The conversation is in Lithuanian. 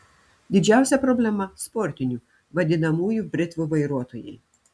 didžiausia problema sportinių vadinamųjų britvų vairuotojai